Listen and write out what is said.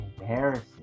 embarrassing